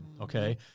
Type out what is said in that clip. okay